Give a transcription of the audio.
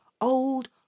old